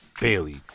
Bailey